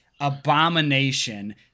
abomination